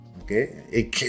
okay